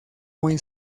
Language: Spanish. muy